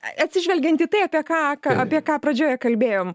atsižvelgiant į tai apie ką ką apie ką pradžioje kalbėjom